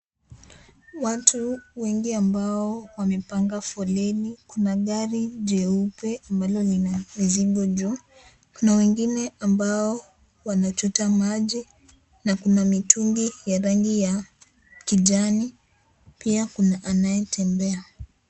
Watu wengi ambao wamepanga foleni. Kuna gari jeupe ambalo lina mizigo juu. Kuna wengine ambao wanachota maji na kuna mitungi ya rangi ya kijani pia kuna anayetembea.